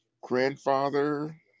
grandfather